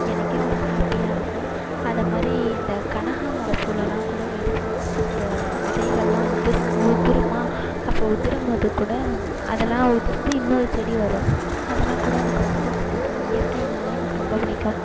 எனக்கே ஒரு ஹாப்பியாக இருக்கும் அது மாதிரி இந்த கனகாம்பரப் பூவெலலாம் கூட வெடிச்சு வெடிச்சு அந்த விதைகளெலாம் உதிர்ந்து உதிருமா அப்போது உதிரும்போது கூட அதெலாம் உதிர்ந்து இன்னொரு செடி வரும் அதெலாம் கூட எனக்கு ரொம்ப பிடிக்கும் இயற்கைனாலே எனக்கு ரொம்ப பிடிக்கும்